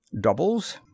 Doubles